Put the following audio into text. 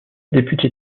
député